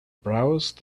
browsed